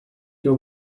your